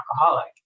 alcoholic